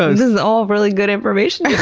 so this is all really good information